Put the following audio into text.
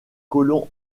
colons